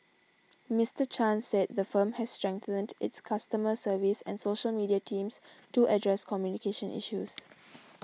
Mister Chan said the firm has strengthened its customer service and social media teams to address communication issues